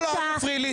לא, לא, אל תפריעי לי.